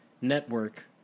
network